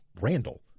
Randall